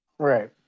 Right